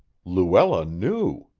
luella knew!